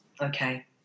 Okay